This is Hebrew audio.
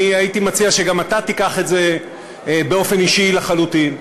הייתי מציע שגם אתה תיקח את זה באופן אישי לחלוטין,